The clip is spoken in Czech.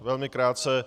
Velmi krátce.